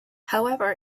however